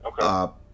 Okay